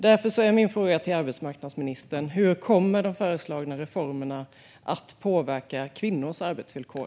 Därför är min fråga till arbetsmarknadsministern: Hur kommer de föreslagna reformerna att påverka kvinnors arbetsvillkor?